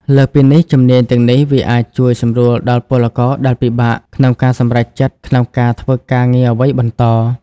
លើសពីនេះជំនាញទាំងនេះវាអាចជួយសម្រួលដល់ពលករដែលពិបាកក្នុងការសម្រេចចិត្តក្នុងការធ្វើការងារអ្វីបន្ត។